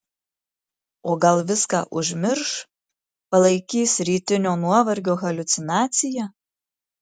o gal viską užmirš palaikys rytinio nuovargio haliucinacija